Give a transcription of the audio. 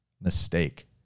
mistake